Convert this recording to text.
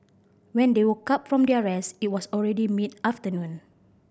when they woke up from their rest it was already mid afternoon